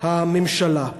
הממשלה.